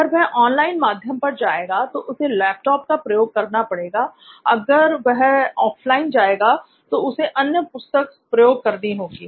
अगर वह ऑनलाइन माध्यम पर जाएगा तो उसे लैपटॉप का प्रयोग करना पड़ेगा अगर वह ऑफलाइन जाएगा तो उसे अन्य पुस्तक प्रयोग करनी होगी